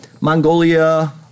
Mongolia